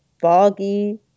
foggy